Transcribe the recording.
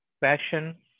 passion